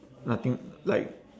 nothing like